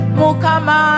mukama